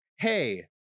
Hey